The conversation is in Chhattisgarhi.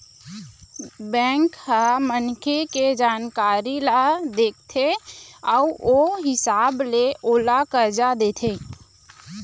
बेंक ह मनखे के जानकारी ल देखथे अउ ओ हिसाब ले ओला करजा देथे